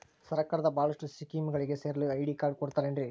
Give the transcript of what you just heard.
ಸರ್ಕಾರದ ಬಹಳಷ್ಟು ಸ್ಕೇಮುಗಳಿಗೆ ಸೇರಲು ಐ.ಡಿ ಕಾರ್ಡ್ ಕೊಡುತ್ತಾರೇನ್ರಿ?